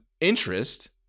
interest